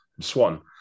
Swan